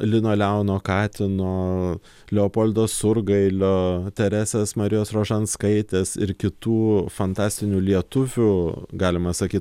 lino leono katino leopoldo surgailio teresės marijos rožanskaitės ir kitų fantastinių lietuvių galima sakyt